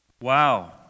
Wow